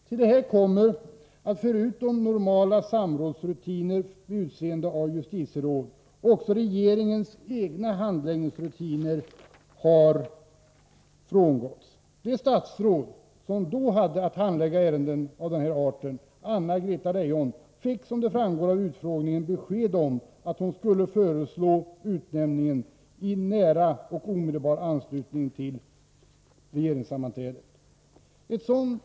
Till detta kommer att förutom normala samrådsrutiner vid utseende av justitieråd också regeringens egna handläggningsrutiner har frångåtts. Det statsråd som då hade att handlägga ärenden av denna art, Anna-Greta Leijon, fick — det framgår av utfrågningen — i omedelbar anslutning till regeringssammanträdet besked om att hon skulle föreslå utnämningen.